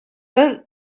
бер